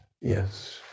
Yes